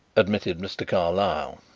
admitted mr. carlyle,